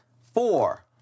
Four